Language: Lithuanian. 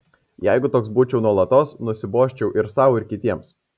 jeigu toks būčiau nuolatos nusibosčiau ir sau ir kitiems